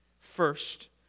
First